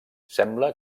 sembla